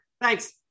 Thanks